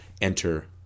enter